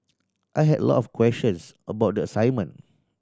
I had a lot of questions about the assignment